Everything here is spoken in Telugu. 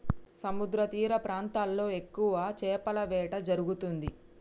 సముద్రతీర ప్రాంతాల్లో ఎక్కువ చేపల వేట జరుగుతుంది